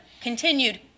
continued